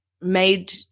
made